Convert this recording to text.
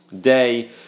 day